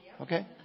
Okay